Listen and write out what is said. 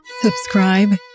Subscribe